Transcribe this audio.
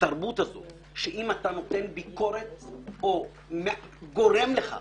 התרבות הזו שאם אתה נותן ביקורת או גורם לכך